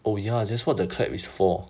oh ya that's what the clap is for